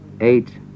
eight